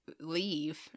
leave